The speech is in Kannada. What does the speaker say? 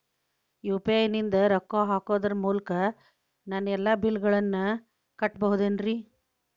ಯು.ಪಿ.ಐ ನಿಂದ ರೊಕ್ಕ ಹಾಕೋದರ ಮೂಲಕ ನಮ್ಮ ಎಲ್ಲ ಬಿಲ್ಲುಗಳನ್ನ ಕಟ್ಟಬಹುದೇನ್ರಿ?